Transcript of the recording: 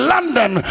London